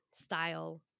style